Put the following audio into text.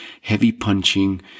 heavy-punching